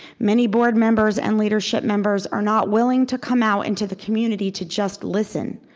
many board members and leadership members are not willing to come out into the community to just listen.